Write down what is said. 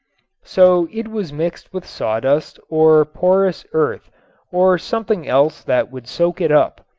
so it was mixed with sawdust or porous earth or something else that would soak it up.